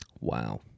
Wow